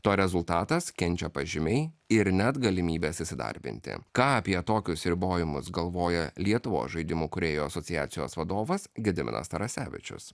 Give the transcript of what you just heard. to rezultatas kenčia pažymiai ir net galimybės įsidarbinti ką apie tokius ribojimus galvoja lietuvos žaidimų kūrėjų asociacijos vadovas gediminas tarasevičius